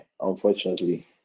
unfortunately